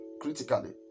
critically